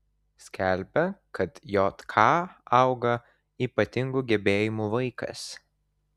skelbia kad jk auga ypatingų gebėjimų vaikas